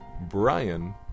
Brian